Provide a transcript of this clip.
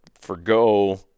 forgo